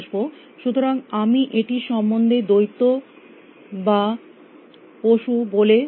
সুতরাং আমি এটির সম্বন্ধে দৈত্য বা পশু বলে বলতে থাকি